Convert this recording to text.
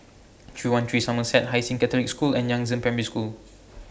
three one three Somerset Hai Sing Catholic School and Yangzheng Primary School